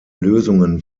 lösungen